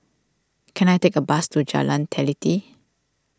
can I take a bus to Jalan Teliti